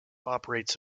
operates